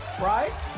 right